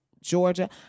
Georgia